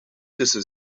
tussen